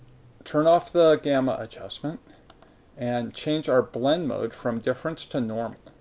turn off the gamma adjustment and change our blend mode from difference to normal.